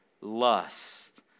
lust